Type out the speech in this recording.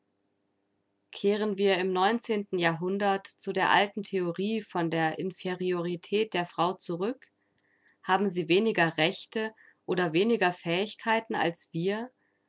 kehren wir im neunzehnten jahrhundert zu der alten theorie von der inferiorität der frau zurück haben sie weniger rechte oder weniger fähigkeiten als wir